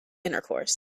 intercourse